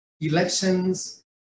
elections